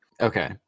Okay